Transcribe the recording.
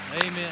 Amen